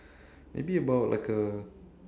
maybe about like a